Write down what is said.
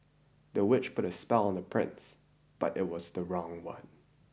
the witch put a spell on the prince but it was the wrong one